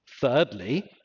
Thirdly